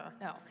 no